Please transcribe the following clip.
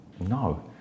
No